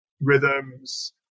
rhythms